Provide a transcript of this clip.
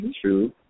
True